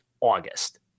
August